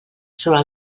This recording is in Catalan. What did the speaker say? sobre